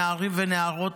נערים ונערות,